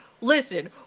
listen